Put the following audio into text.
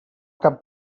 cap